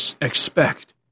expect